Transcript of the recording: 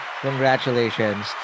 congratulations